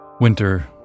Winter